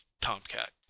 Tomcat